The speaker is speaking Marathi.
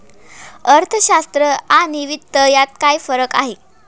अर्थशास्त्र आणि वित्त यात काय फरक आहे